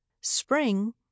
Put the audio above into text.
Spring